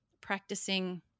practicing